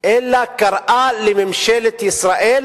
אלא קראה לממשלת ישראל